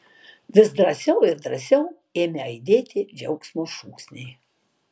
vis drąsiau ir drąsiau ėmė aidėti džiaugsmo šūksniai